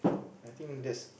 and I think that's